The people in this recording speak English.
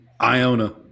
Iona